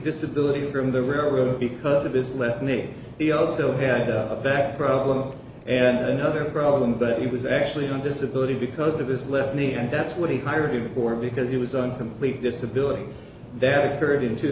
disability from the railroad because of his left knee he also had a back problem and another problem but he was actually on disability because of his left knee and that's what he hired before because he was a complete disability that occurred in two